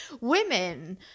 Women